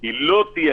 אני מאוד מקווה,